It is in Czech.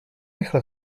rychle